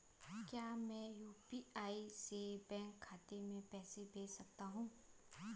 क्या मैं यु.पी.आई से बैंक खाते में पैसे भेज सकता हूँ?